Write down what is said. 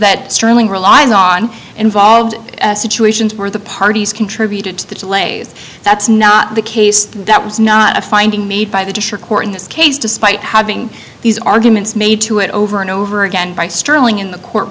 that sterling relied on involved in situations where the parties contributed to the delays that's not the case that was not a finding made by the court in this case despite having these arguments made to it over and over again by sterling in the court